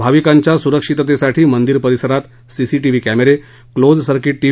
भाविकांच्या सुरक्षिततेसाठी मंदिर परिसरात सीसीटीव्ही क्रिरे क्लोज सर्कीट टी